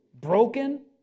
broken